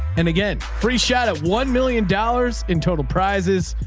and again, free shot at one million dollars in total prizes.